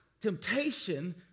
temptation